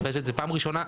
פשוט זו הפעם הראשונה.